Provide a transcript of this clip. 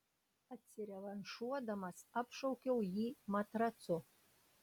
atsirevanšuodamas apšaukiau jį matracu